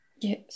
Yes